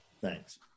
Thanks